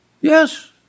Yes